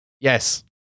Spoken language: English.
Yes